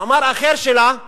מאמר אחר שלה,